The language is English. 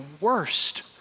worst